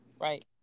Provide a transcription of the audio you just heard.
right